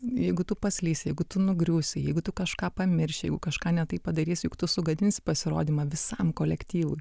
jeigu tu paslysi jeigu tu nugriūsi jeigu tu kažką pamirši jeigu kažką ne taip padarysi juk tu sugadinsi pasirodymą visam kolektyvui